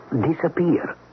disappear